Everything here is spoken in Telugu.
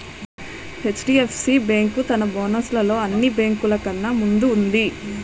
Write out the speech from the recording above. హెచ్.డి.ఎఫ్.సి బేంకు తన బోనస్ లలో అన్ని బేంకులు కన్నా ముందు వుంది